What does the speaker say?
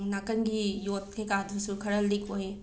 ꯅꯥꯀꯟꯒꯤ ꯌꯣꯠ ꯀꯩ ꯀꯥꯗꯨꯁꯨ ꯈꯔ ꯂꯤꯛ ꯑꯣꯏꯌꯦ